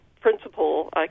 principal